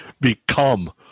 become